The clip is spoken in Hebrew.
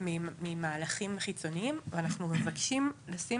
ממהלכים חיצוניים ואנחנו מבקשים לשים